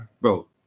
bro